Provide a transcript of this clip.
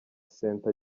center